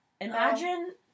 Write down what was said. Imagine